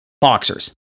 boxers